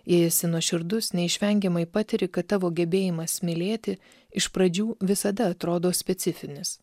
jei esi nuoširdus neišvengiamai patiri kad tavo gebėjimas mylėti iš pradžių visada atrodo specifinis